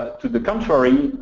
to the contrary,